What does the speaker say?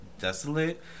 desolate